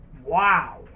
Wow